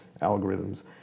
algorithms